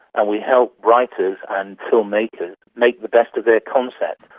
and we help writers and filmmakers make the best of their concepts.